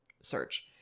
search